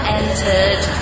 entered